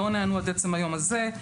לא נענו עד עצם היום הזה.